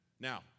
Now